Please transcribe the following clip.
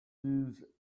used